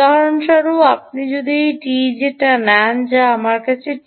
উদাহরণস্বরূপ আপনি যদি এই টিইজি নেন যা আমরা